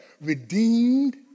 redeemed